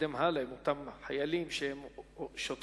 מתקדם עם אותם חיילים שהם שוטרים,